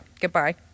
Goodbye